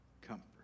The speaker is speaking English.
comfort